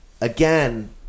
again